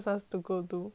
right